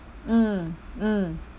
mm mm